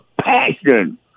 passion